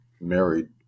married